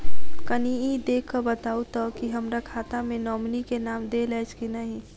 कनि ई देख कऽ बताऊ तऽ की हमरा खाता मे नॉमनी केँ नाम देल अछि की नहि?